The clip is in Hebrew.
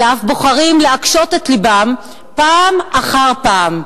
אלא אף בוחרים להקשות את לבם פעם אחר פעם.